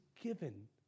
given